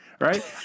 right